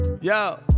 Yo